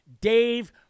Dave